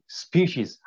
species